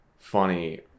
funny